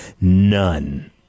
None